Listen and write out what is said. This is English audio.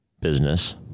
business